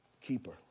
keeper